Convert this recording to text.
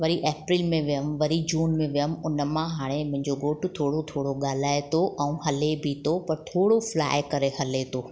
वरी अप्रेल में वयमि वरी जून में वयमि उन मां हाणे मुंहिंजो घोटु थोरो थोरो ॻाल्हाए थो ऐं हले बि थो पर थोरो फ्लाइ करे हले थो